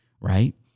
right